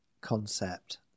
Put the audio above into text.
concept